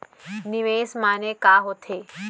निवेश माने का होथे?